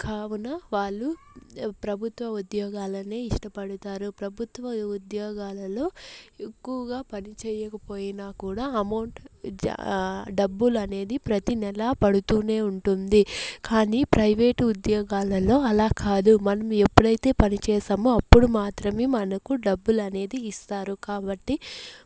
కావున వాళ్ళు ప్రభుత్వ ఉద్యోగాలనే ఇష్టపడుతారు ప్రభుత్వ ఉద్యోగాలలో ఎక్కువగా పనిచేయకపోయినా కూడా అమౌంట్ డబ్బులు అనేది ప్రతీ నెల పడుతూనే ఉంటుంది కానీ ప్రైవేట్ ఉద్యోగాలలో అలా కాదు మనము ఎప్పుడైతే పని చేసామో అప్పుడు మాత్రమే మనకు డబ్బులు అనేది ఇస్తారు కాబట్టి